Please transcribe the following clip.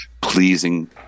pleasing